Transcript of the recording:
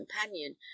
companion